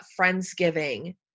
Friendsgiving